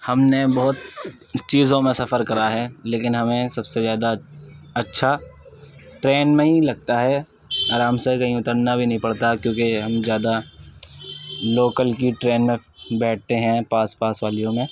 ہم نے بہت چیزوں میں سفر کرا ہے لیكن ہمیں سب سے زیادہ اچّھا ٹرین میں ہی لگتا ہے آرام سے کہیں اترنا بھی نہیں پڑتا کیونکہ ہم زیادہ لوکل کی ٹرین میں بیٹھتے ہیں پاس پاس والیوں میں